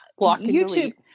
YouTube